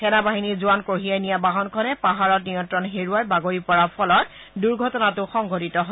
সেনা বাহিনীৰ জোৱান কঢ়িয়াই নিয়া বাহনখনে পাহাৰত নিয়ন্ত্ৰণ হেৰুৱাই বাগৰি পৰাৰ ফলত দুৰ্ঘটনাটো সংঘটিত হয়